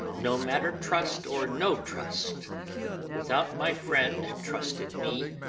no matter trust or no trust without my friend trust in me,